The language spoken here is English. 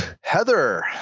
Heather